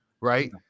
Right